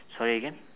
sorry again